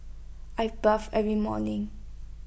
I bathe every morning